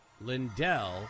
Lindell